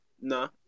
No